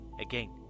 Again